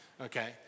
okay